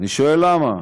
אני שואל: למה?